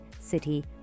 city